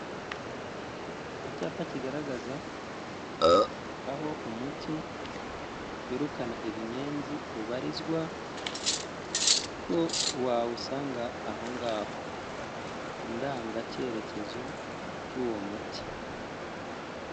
Icyapa kigaragaza aho umuti wirukana ibinyenzi ubarizwa, ko wawusanga aho ngaho. Indangakerekezo cy'uwo muti.